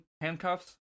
handcuffs